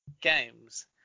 games